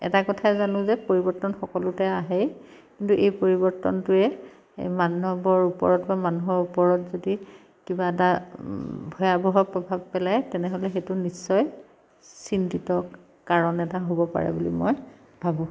এটা কথাই জানো যে পৰিৱৰ্তন সকলোতে আহেই কিন্তু এই পৰিৱৰ্তনটোৱে এই মানৱৰ ওপৰত বা মানুহৰ ওপৰত যদি কিবা এটা ভয়াৱহ প্ৰভাৱ পেলায় তেনেহ'লে সেইটো নিশ্চয় চিন্তিত কাৰণ এটা হ'ব পাৰে বুলি মই ভাবোঁ